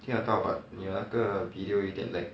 听得到 but 你那个 video 一点 lag